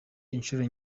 inshuro